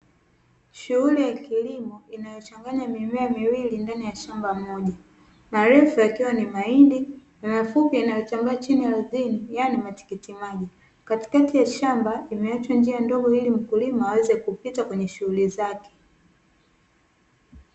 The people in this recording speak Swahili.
Shughuli ya kilimo inayochanganya mimea miwili ndani ya shamba moja, marefu yakiwa ni mahindi na mafupi yanayotambaa chini ya ardhini haya ni matikiti maji, katikati ya shamba imeachwa njia ndogo ili mkulima aweze kupita kwenye shughuli zake.